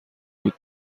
بود